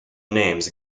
names